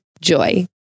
Joy